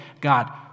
God